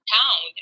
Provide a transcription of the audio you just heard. town